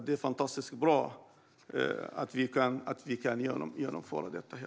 Det är fantastiskt bra att vi kan genomföra den.